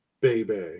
baby